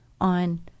on